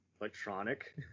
electronic